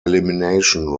elimination